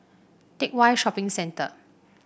Teck Whye Shopping Centre